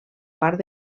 part